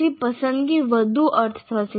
પછી પસંદગી વધુ અર્થ હશે